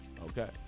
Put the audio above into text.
Okay